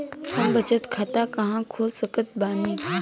हम बचत खाता कहां खोल सकत बानी?